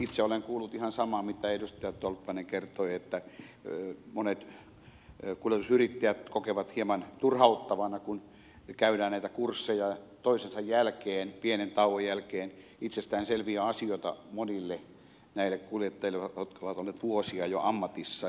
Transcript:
itse olen kuullut ihan samaa mitä edustaja tolppanen kertoi että monet kuljetusyrittäjät kokevat hieman turhauttavana kun käydään näitä kursseja toisensa jälkeen pienen tauon jälkeen itsestään selviä asioita monille näille kuljettajille jotka ovat olleet vuosia jo ammatissa